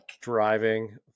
driving